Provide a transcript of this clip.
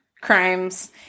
crimes